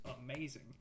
amazing